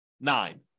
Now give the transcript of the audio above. nine